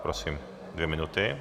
Prosím, dvě minuty.